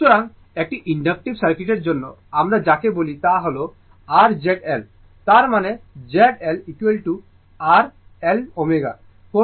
সুতরাং একটি ইনডাকটিভ সার্কিটের জন্য আমরা যাকে বলি তা হল r Z L তার মানে Z L r L ω